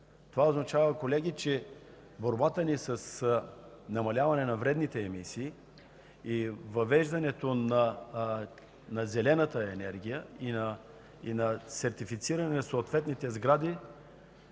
това означава, че борбата ни с намаляване на вредните емисии, въвеждането на зелената енергия и на сертифицирането на съответните сгради,